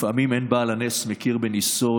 לפעמים אין בעל הנס מכיר בניסו.